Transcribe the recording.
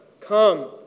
Come